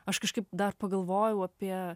aš kažkaip dar pagalvojau apie